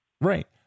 Right